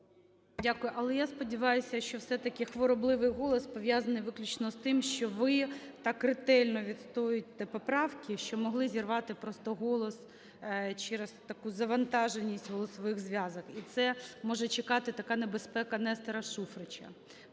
Дякую. Але я сподіваюся, що все-таки хворобливий голос пов'язаний виключно з тим, що ви так ретельно відстоюєте поправки, що могли зірвати просто голос через таку завантаженість голосових зв'язок. І це може чекати, така небезпека, Нестора Шуфрича